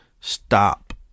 stop